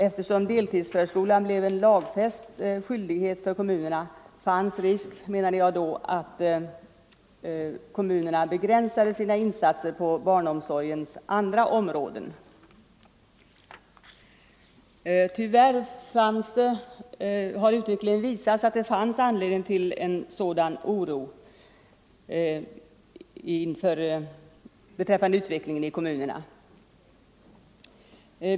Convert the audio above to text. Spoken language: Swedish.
Eftersom deltidsförskolan blev en lagfäst skyldighet för kommunerna fanns risk, menade jag då, att kommunerna begränsade sina insatser på barnomsorgens andra områden. Tyvärr har utvecklingen visat att det fanns anledning till en sådan oro beträffande utvecklingen i kommunerna.